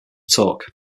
talk